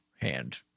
hand